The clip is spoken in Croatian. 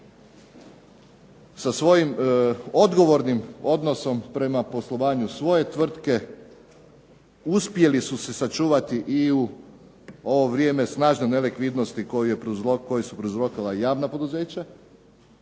sa svojim odgovornim odnosom prema poslovanju svoje tvrtke uspjeli su se sačuvati i u ovo vrijeme snažne nelikvidnosti koje su prouzrokovala javna poduzeća